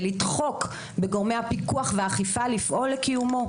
לדחוק בגורמי הפיקוח והאכיפה לפעול לקיומו.